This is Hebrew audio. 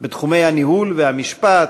בתחומי הניהול והמשפט,